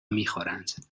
میخورند